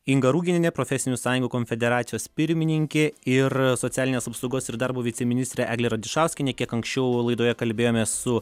inga ruginienė profesinių sąjungų konfederacijos pirmininkė ir socialinės apsaugos ir darbo viceministrė eglė radišauskienė kiek anksčiau laidoje kalbėjome su